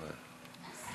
אין בעיה.